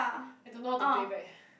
I don't know how to play back